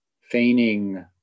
feigning